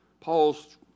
Paul's